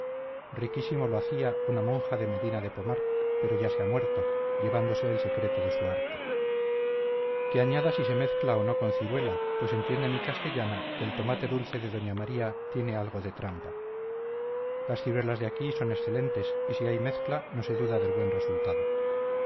riquísimo lo hacía una monja de medina de pomar pero ya se ha muerto llevándose el secreto de su arte que añada si se mezcla o no con ciruela pues entiende mi castellana que el tomate dulce de doña maría tiene algo de trampa las ciruelas de aquí son excelentes y si hay mezcla no se duda del buen resultado